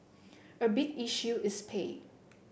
a big issue is pay